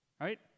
right